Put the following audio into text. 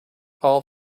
all